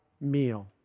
meal